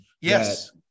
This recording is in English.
Yes